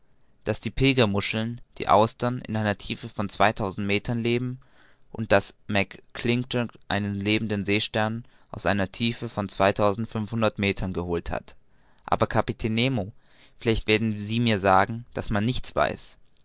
daß die pilgermuscheln die austern in einer tiefe von zweitausend meter leben und daß mac clintock einen lebenden seestern aus einer tiefe von zweitausendfünfhundert meter geholt hat aber kapitän nemo vielleicht werden sie mir sagen daß man nichts weiß